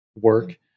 work